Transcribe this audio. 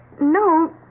no